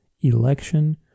election